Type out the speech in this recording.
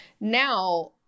Now